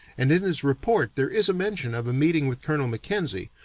and in his report there is mention of a meeting with colonel mackenzie,